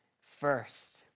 first